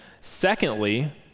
Secondly